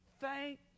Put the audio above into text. Thank